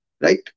right